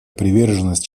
приверженность